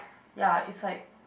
ya it's like